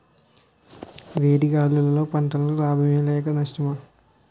వేడి గాలులు పంటలకు లాభమా లేక నష్టమా?